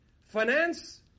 finance